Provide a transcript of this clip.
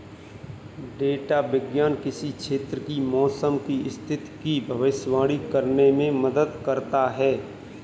data विज्ञान किसी क्षेत्र की मौसम की स्थिति की भविष्यवाणी करने में मदद करता है